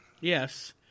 Yes